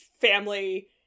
family